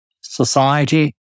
society